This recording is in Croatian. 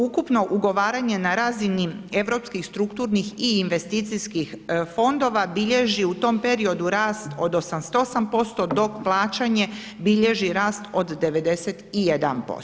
Ukupno ugovaranje na razini europskih strukturnih i investicijskih fondova bilježi u tom periodu rast od 88% dok plaćanje bilježi rast od 91%